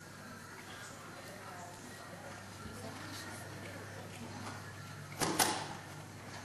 ההצעה להעביר את הצעת חוק התקשורת (בזק ושידורים)